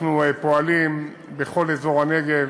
אנחנו פועלים בכל אזור הנגב,